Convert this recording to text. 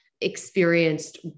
experienced